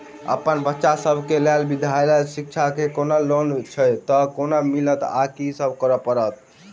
अप्पन बच्चा सब केँ लैल विधालय शिक्षा केँ कोनों लोन छैय तऽ कोना मिलतय आ की सब करै पड़तय